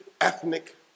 ethnic